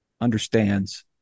understands